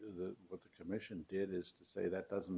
the what the commission did is say that doesn't